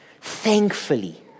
Thankfully